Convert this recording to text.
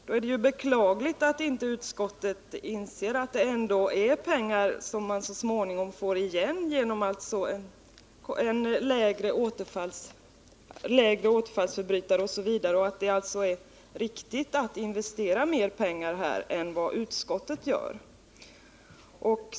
Då är det beklagligt att utskottet inte inser att det ändå gäller pengar som man så småningom får igen genom lägre återfallsfrekvens och annat och att det alltså är riktigt att investera mer pengar här än vad utskottet vill göra.